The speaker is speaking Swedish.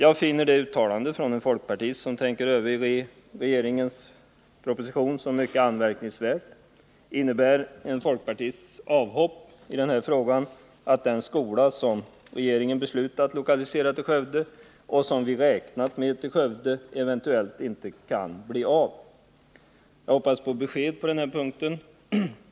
Jag finner det uttalandet av en folkpartist som tänker överge regeringens proposition som mycket anmärkningsvärt. Innebär detta avhopp att den skola som regeringen beslutat lokalisera till Skövde och som vi räknat med där eventuellt inte kan komma till stånd? Jag hoppas på besked på den här punkten.